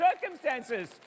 circumstances